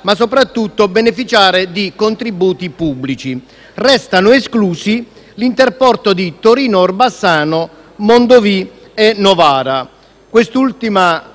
possibilità di beneficiare di contributi pubblici. Restano esclusi l’interporto di Torino Orbassano, Mondovì e Novara, quest’ultima